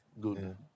good